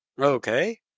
Okay